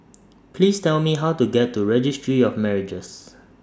Please Tell Me How to get to Registry of Marriages